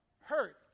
hurt